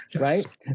right